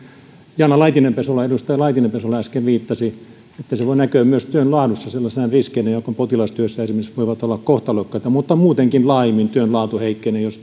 edustaja laitinen pesola äsken viittasi että se voi näkyä myös työn laadussa sellaisina riskeinä jotka esimerkiksi potilastyössä voivat olla kohtalokkaita mutta muutenkin laajemmin työn laatu heikkenee jos